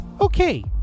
Okay